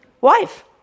wife